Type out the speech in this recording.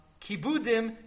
kibudim